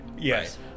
Yes